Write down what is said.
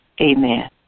amen